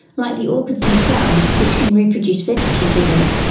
like the orchids themselves, which can reproduce vegetatively,